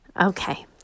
Okay